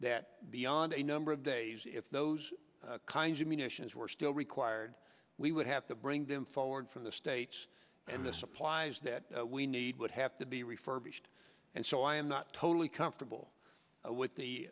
that beyond a number of days if those kinds of munitions were still required we would have to bring them forward from the states and the supplies that we need would have to be refurbished and so i am not totally comfortable with the